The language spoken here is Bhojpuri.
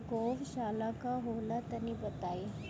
गौवशाला का होला तनी बताई?